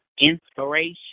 inspiration